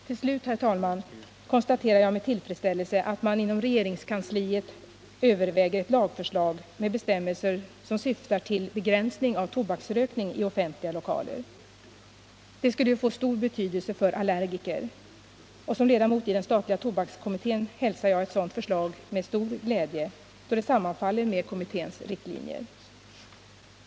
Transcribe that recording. Till slut, herr talman, konstaterar jag med tillfredsställelse att man inom regeringskansliet överväger ett lagförslag med bestämmelser som syftar till begränsning av tobaksrökning i offentliga lokaler. Detta skulle ju få stor betydelse för allergiker, och som ledamot i den statliga tobakskommittén hälsar jag ett sådant förslag med stor glädje, eftersom det sammanfaller med kommitténs riktlinjer.